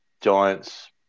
Giants